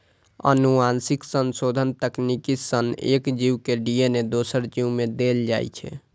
आनुवंशिक संशोधन तकनीक सं एक जीव के डी.एन.ए दोसर जीव मे देल जाइ छै